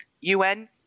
UN